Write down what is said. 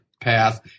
path